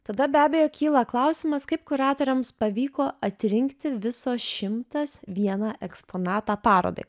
tada be abejo kyla klausimas kaip kuratoriams pavyko atrinkti viso šimtas vieną eksponatą parodai